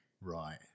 Right